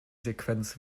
sequenz